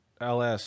LS